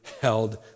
held